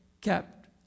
kept